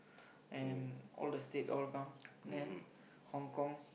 and all the state all come then Hong-Kong